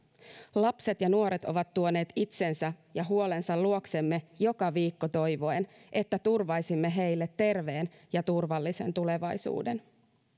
lapset ja nuoret ovat tuoneet itsensä ja huolensa luoksemme joka viikko toivoen että turvaisimme heille terveen ja turvallisen tulevaisuuden